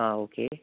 ആ ഓക്കെ